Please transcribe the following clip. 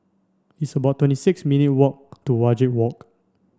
it's about twenty six minute walk to Wajek Walk